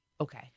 okay